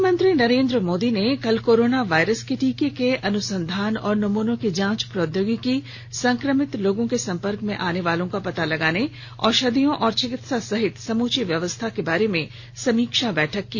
प्रधानमंत्री नरेन्द्र मोदी ने कल कोरोना वायरस के टीके के अनुसंधान और नमूनों की जांच प्रौद्योगिकी संक्रमित लोगों के संपर्क में आने वालों का पता लगाने औषधियों और चिकित्सा सहित समूची व्यवस्था के बारे में समीक्षा बैठक की